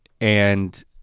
and-